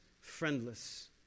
friendless